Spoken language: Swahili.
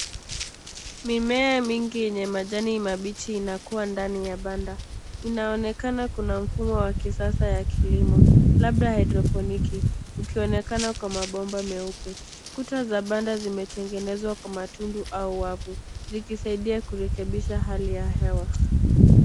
Mimea mingi yenye majani mabichi inakuwa ndani ya banda. Inaonekana kuna mfumo wa kisasa ya kilimo labda hydroponiki ukionekana kwa mabomba meupe. Kuta za banda zimetengenezwa kwa matundu au wavu vikisaidia kurekebisha hali ya hewa.